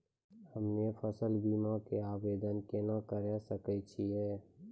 हम्मे फसल बीमा के आवदेन केना करे सकय छियै?